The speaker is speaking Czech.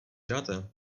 dáte